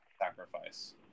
sacrifice